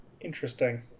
interesting